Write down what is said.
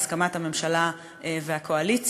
בהסכמת הממשלה והקואליציה.